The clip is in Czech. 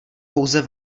pouze